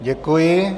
Děkuji.